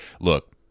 look